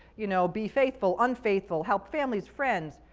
you know, be faithful, unfaithful, help families, friends.